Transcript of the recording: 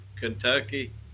Kentucky